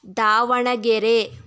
Davanagere